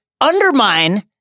undermine